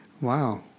Wow